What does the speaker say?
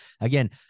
again